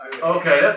Okay